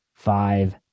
Five